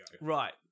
Right